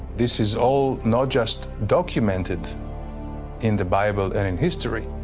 this is all not just documented in the bible and in history,